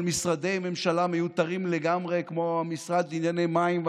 על משרדי ממשלה מיותרים לגמרי כמו המשרד לענייני מים,